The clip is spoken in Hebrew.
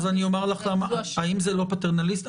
האם זה לא פטרנליסטי?